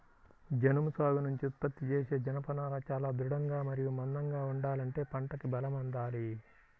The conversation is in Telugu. జనుము సాగు నుంచి ఉత్పత్తి చేసే జనపనార చాలా దృఢంగా మరియు మందంగా ఉండాలంటే పంటకి బలం అందాలి